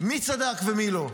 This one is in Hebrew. מי צדק ומי לא.